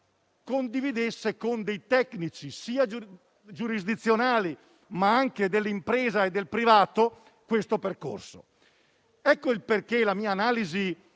condividesse con dei tecnici giurisdizionali, ma anche dell'impresa e del privato, questo *iter*. Per tale motivo la mia analisi